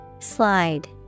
Slide